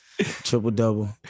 Triple-double